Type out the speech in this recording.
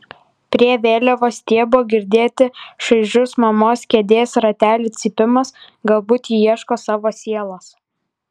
prie vėliavos stiebo girdėti šaižus mamos kėdės ratelių cypimas galbūt ji ieško savo sielos